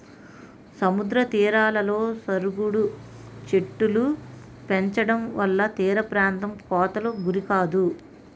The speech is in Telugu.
సముద్ర తీరాలలో సరుగుడు చెట్టులు పెంచడంవల్ల తీరప్రాంతం కోతకు గురికాదు